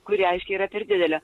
kuri aiškiai yra per didelė